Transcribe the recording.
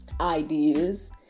ideas